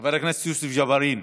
חבר הכנסת יוסף ג'בארין,